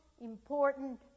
important